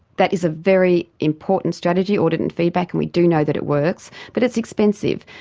that is a very important strategy, audit and feedback, and we do know that it works, but it's expensive.